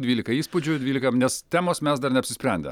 dvylika įspūdžių dvylika nes temos mes dar neapsisprendę